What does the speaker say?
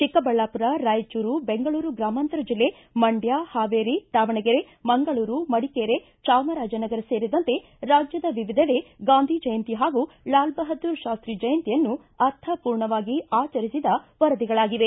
ಚಿಕ್ಕಬಳ್ಯಾಪುರರಾಯಚೂರು ಬೆಂಗಳೂರುಗ್ರಾಮಂತರ ಜಿಲ್ಲೆ ಮಂಡ್ಲ ಹಾವೇರಿ ದಾವಣಗೆರೆ ಮಂಗಳೂರು ಮಡಿಕೇರಿ ಚಾಮರಾಜನಗರ ಸೇರಿದಂತೆ ರಾಜ್ಯದ ವಿವಿಧೆಡೆ ಗಾಂಧಿ ಜಯಂತಿ ಹಾಗೂ ಲಾಲ ಬಹದ್ದೂರ ಶಾಸ್ತಿ ಜಯಂತಿಯನ್ನು ಅರ್ಥಪೂರ್ಣವಾಗಿ ಆಚರಿಸಿದ ವರದಿಗಳಾಗಿವೆ